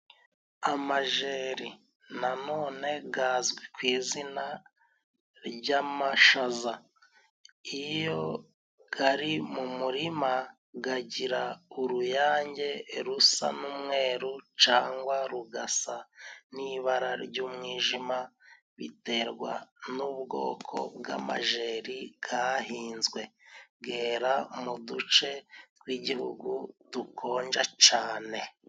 Amajeri nanone gazwi ku izina ry'amashaza, iyo gari mu murima gagira uruyange rusa n'umweru cangwa rugasa n'ibara ry'umwijima, biterwa n'ubwoko bw'amajeri bwahinzwe bwera mu duce tw'igihugu dukonja cane.